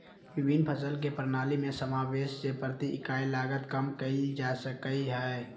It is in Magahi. विभिन्न फसल के प्रणाली में समावेष से प्रति इकाई लागत कम कइल जा सकय हइ